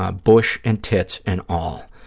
ah bush and tits and all.